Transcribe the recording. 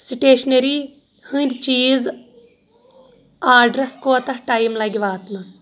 Stationery ہٕنٛدۍ چیٖز orders کوٗتاہ ٹایِم لگہِ واتنس؟